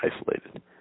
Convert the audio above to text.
isolated